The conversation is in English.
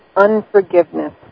unforgiveness